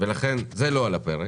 ולכן זה לא על הפרק.